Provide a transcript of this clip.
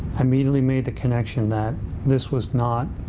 i immediately made the connection that this was not